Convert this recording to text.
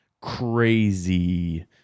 crazy